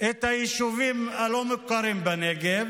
את היישובים הלא-מוכרים בנגב.